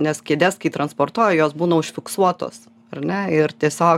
nes kėdes kai transportuoja jos būna užfiksuotos ar ne ir tiesiog